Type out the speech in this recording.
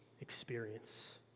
experience